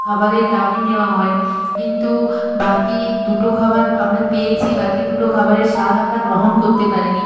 খাবারের দামই নেওয়া হয় কিন্তু বাকি দুটো খাবার আমরা পেয়েছি বাকি দুটো খাবারের স্বাদ আমরা গ্রহণ করতে পারিনি